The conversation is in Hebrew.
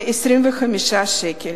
ל-25 שקל.